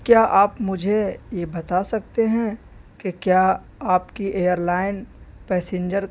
کیا آپ مجھے یہ بتا سکتے ہیں کہ کیا آپ کی ایئر لائن پیسنجر